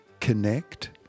Connect